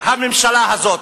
הממשלה הזאת,